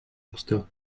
constat